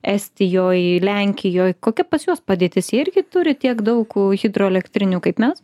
estijoj lenkijoj kokia pas juos padėtis jie irgi turi tiek daug hidroelektrinių kaip mes